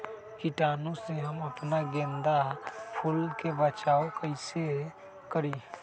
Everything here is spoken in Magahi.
कीटाणु से हम अपना गेंदा फूल के बचाओ कई से करी?